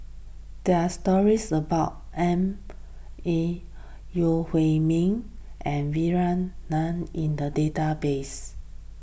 there are stories about M A Yeo Hwee Bin and Vikram Nair in the database